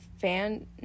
fan